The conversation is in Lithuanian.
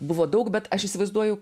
buvo daug bet aš įsivaizduoju